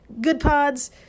GoodPods